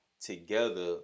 together